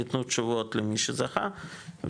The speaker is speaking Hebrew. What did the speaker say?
נתנו תשובות למי שזכה.